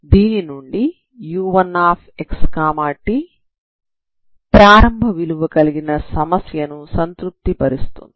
దీని నుండి u1xt ప్రారంభం విలువ కలిగిన సమస్యను సంతృప్తి పరుస్తుంది